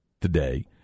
today